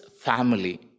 family